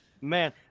man